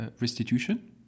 restitution